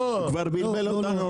זהו עניין שלנו,